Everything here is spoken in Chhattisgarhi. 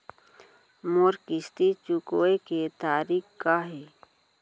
मोर किस्ती चुकोय के तारीक का हे?